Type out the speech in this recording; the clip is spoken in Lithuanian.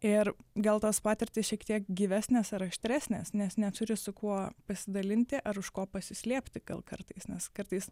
ir gal tos patirtys šiek tiek gyvesnės ar aštresnės nes neturi su kuo pasidalinti ar už ko pasislėpti gal kartais nes kartais